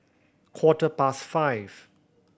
quarter past five